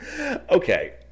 Okay